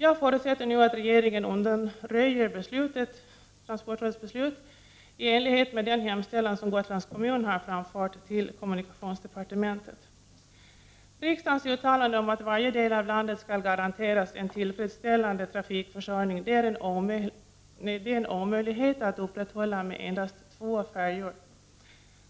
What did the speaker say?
Jag förutsätter att regeringen undanröjer transportrådets i beslut i enlighet med den hemställan som Gotlands kommun har framfört till kommunikationsdepartementet. Riksdagens uttalande om att varje del av landet skall garanteras en tillfredsställande trafikförsörjning är en omöjlighet att realisera med endast två färjor.